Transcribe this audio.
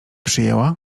przyjęła